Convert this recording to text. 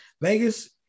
vegas